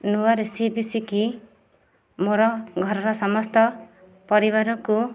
ନୂଆ ରେସିପି ଶିଖି ମୋର ଘରର ସମସ୍ତ ପରିବାରକୁ